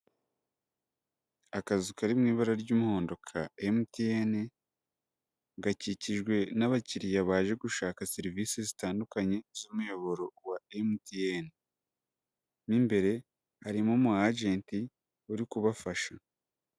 Akazu kari mu ibara ry'umuhondo ka MTN, gakikijwe n'abakiriya baje gushaka serivisi zitandukanye z'umuyoboro wa MTN,mu imbere harimomo ajenti uri kubafasha.